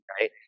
Right